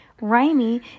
rhymy